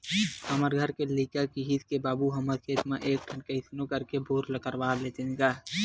हमर घर के लइका किहिस के बाबू हमर खेत म एक ठन कइसनो करके बोर करवा लेतेन गा